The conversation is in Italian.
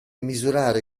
misurare